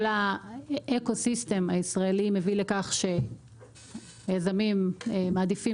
כל האקו-סיסטם הישראלי מביא לכך שיזמים מעדיפים